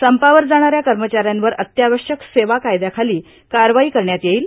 संपावर जाणाऱ्या कर्मचाऱ्यांवर अत्यावश्यक सेवा कायद्याखाली कारवाई करण्यात येईल